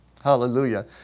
Hallelujah